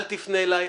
אל תפנה אליי,